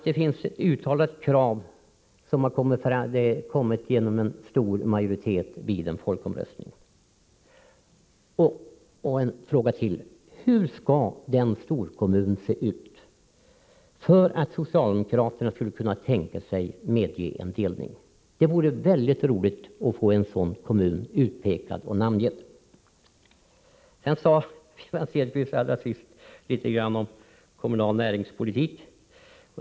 Det finns ju ett uttalat krav därpå, som kommit fram genom en stor majoritet i en folkomröstning. Låt mig ställa ytterligare en fråga: Hur skall en storkommun se ut för att socialdemokraterna skall kunna tänka sig att medge en delning? Det vore mycket roligt att få en sådan kommun utpekad och namngiven. I slutet av sitt anförande sade Wivi-Anne Cederqvist några ord om kommunal näringspolitik.